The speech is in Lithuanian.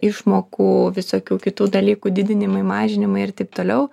išmokų visokių kitų dalykų didinimai mažinimai ir taip toliau